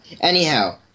Anyhow